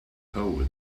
hole